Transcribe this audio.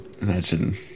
imagine